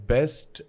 Best